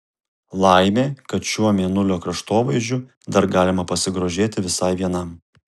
laimė kad šiuo mėnulio kraštovaizdžiu dar galima pasigrožėti visai vienam